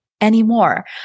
anymore